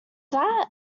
that